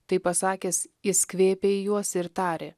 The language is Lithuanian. tai pasakęs jis kvėpė į juos ir tarė